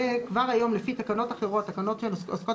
כבר היום לפי תקנות אחרות תקנות שעוסקות